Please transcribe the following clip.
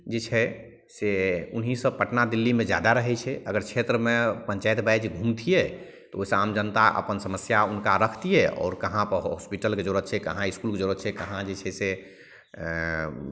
जे छै से ओनहि सभ पटना दिल्लीमे जादा रहै छै अगर क्षेत्रमे पञ्चाइत वाइज घुमतिए तऽ ओहिसे आम जनता अपन समस्या हुनका राखतिए आओर कहाँपर हॉसपिटलके जरूरत छै कहाँ इसकुलके जरूरत छै कहाँ जे छै से